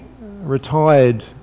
retired